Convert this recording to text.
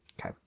Okay